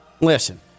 listen